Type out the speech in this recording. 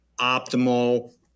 optimal